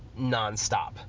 nonstop